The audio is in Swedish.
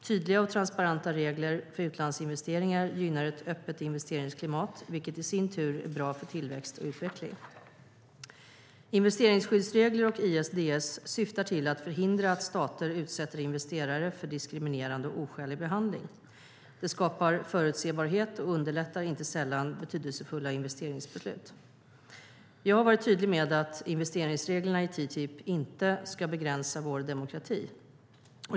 Tydliga och transparenta regler för utlandsinvesteringar gynnar ett öppet investeringsklimat, vilket i sin tur är bra för tillväxt och utveckling. Investeringsskyddsregler och ISDS syftar till att förhindra att stater utsätter investerare för diskriminerande och oskälig behandling. Det skapar förutsebarhet och underlättar inte sällan betydelsefulla investeringsbeslut. Jag har varit tydlig med att investeringsreglerna i TTIP inte ska begränsa vår demokrati.